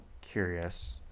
curious